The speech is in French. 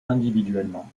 individuellement